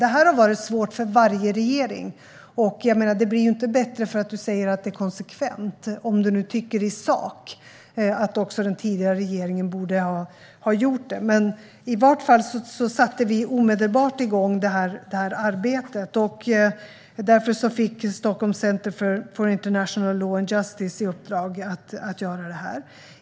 Detta har varit svårt för varje regering. Det blir inte bättre för att du, Robert Hannah, säger att det är konsekvent, om du i sak tycker att också den tidigare regeringen borde ha gjort detta. Men vi satte i varje fall omedelbart igång detta arbete. Därför fick Stockholm Center for International Law and Justice i uppdrag att göra detta.